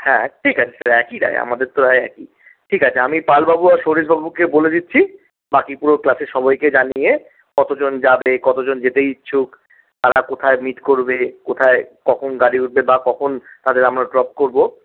হ্যাঁ ঠিক আছে স্যার একই রায় আমাদের তো রায় একই ঠিক আছে আমি পালবাবু আর সৌরেসবাবুকে বলে দিচ্ছি বাকি পুরো ক্লাসে সবাইকে জানিয়ে কতজন যাবে কতজন যেতে ইচ্ছুক তারা কোথায় মিট করবে কোথায় কখন গাড়ি উঠবে বা কখন তাদের আমরা ড্রপ করব